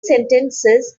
sentences